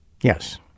Yes